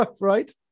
right